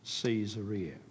Caesarea